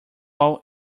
all